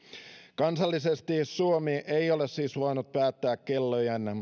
kansallisesti suomi ei siis ole voinut päättää kellojen